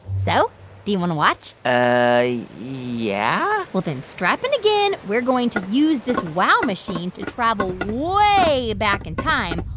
so do you want to watch? yeah well, then, strap in again. we're going to use this wow machine to travel way back in time,